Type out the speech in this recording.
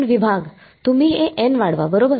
विभाग तुम्ही हे वाढवा बरोबर